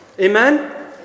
Amen